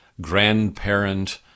grandparent